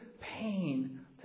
pain